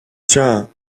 tiens